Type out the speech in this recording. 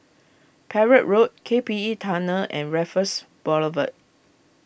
Perak Road K P E Tunnel and Raffles Boulevard